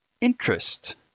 interest